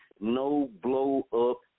no-blow-up